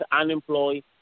unemployed